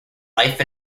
life